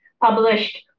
published